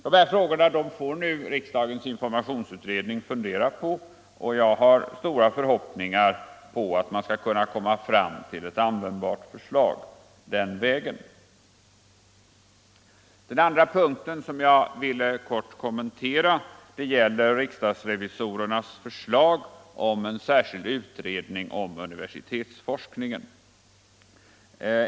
= forskningsverksam Dessa frågor får nu riksdagens informationsutredning fundera på, och = heten jag har stora förhoppningar på att vi skall kunna komma fram till ett användbart förslag den vägen. Den andra punkten som jag ville kort kommentera gäller riksdagens revisorers förslag om en särskild utredning om universitetsforskningen.